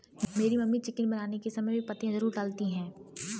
मेरी mummy chicken बनाने के समय बे पत्तियां जरूर डालती हैं